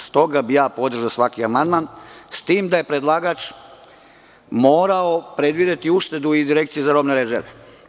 Stoga bih podržao svaki amandman, s tim da je predlagač morao predvideti uštedu i Direkciji za robne rezerve.